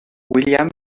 william